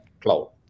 cloud